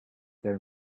their